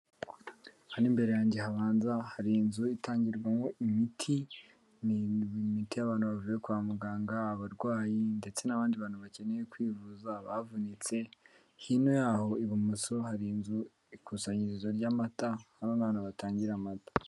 Hano imbere yanjye habanza hari inzu itangirwamo imiti y'abantu bavuye kwa muganga abarwayi ndetse n'abandi bantu bakeneye kwivuza bavunitse hino yaho ibumoso hari inzu ikusanyirizo ry'amata hamwe abantu batangira amata.